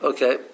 Okay